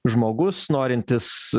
žmogus norintis